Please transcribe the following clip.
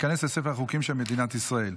ותיכנס לספר החוקים של מדינת ישראל.